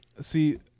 See